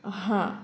हां